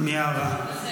מיארה.